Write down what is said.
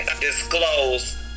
disclose